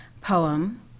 poem